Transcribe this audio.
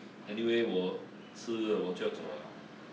anyway 我吃我就要走 liao